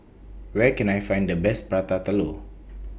Where Can I Find The Best Prata Telur